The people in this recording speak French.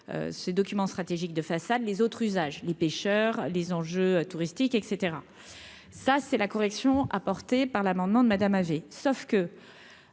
ce document stratégique de façade, les autres usages, les pêcheurs, les enjeux touristiques et etc. ça, c'est la correction apportée par l'amendement de Madame